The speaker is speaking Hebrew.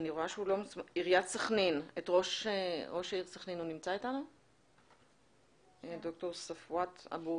ספואת אבו